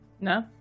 No